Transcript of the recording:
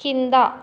కింద